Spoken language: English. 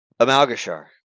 Amalgashar